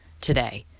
today